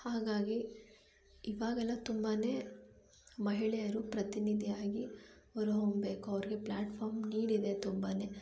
ಹಾಗಾಗಿ ಇವಾಗೆಲ್ಲ ತುಂಬನೇ ಮಹಿಳೆಯರು ಪ್ರತಿನಿಧಿಯಾಗಿ ಹೊರಹೊಮ್ಮಬೇಕು ಅವ್ರಿಗೆ ಪ್ಲ್ಯಾಟ್ಫಾರ್ಮ್ ನೀಡಿದೆ ತುಂಬನೇ